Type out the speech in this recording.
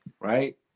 Right